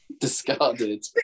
discarded